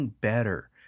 better